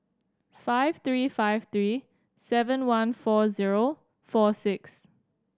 five three five three seven one four zero four six